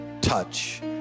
touch